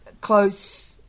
close